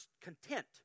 content